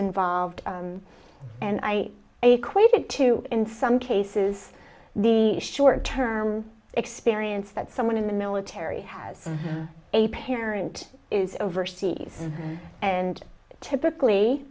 involved and i equate it to in some cases the short term experience that someone in the military has a parent is overseas and typically